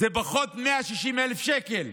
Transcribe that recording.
זה פחות מ-160,000 שקל,